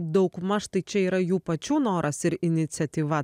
daugmaž tai čia yra jų pačių noras ir iniciatyva